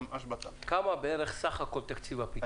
כמה בערך סך הכול תקציב הפיצוי?